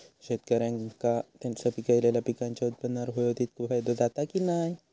शेतकऱ्यांका त्यांचा पिकयलेल्या पीकांच्या उत्पन्नार होयो तितको फायदो जाता काय की नाय?